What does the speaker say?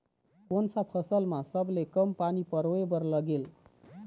कोन सा फसल मा सबले कम पानी परोए बर लगेल?